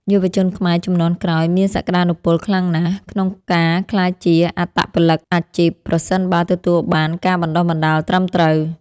យុវជនខ្មែរជំនាន់ក្រោយមានសក្ដានុពលខ្លាំងណាស់ក្នុងការក្លាយជាអត្តពលិកអាជីពប្រសិនបើទទួលបានការបណ្ដុះបណ្ដាលត្រឹមត្រូវ។